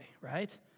right